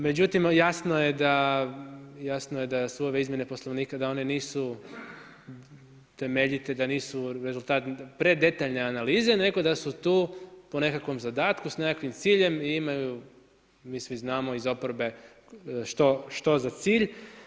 Međutim, jasno je da su ove izmjene Poslovnika da one nisu temeljite, da nisu rezultat predetaljne analize, nego da su tu po nekakvom zadatku s nekakvim ciljem i imaju mi svi znamo iz oporbe što za cilj.